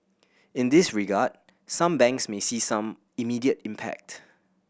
in this regard some banks may see some immediate impact